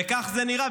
וכך זה נראה.